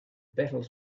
battles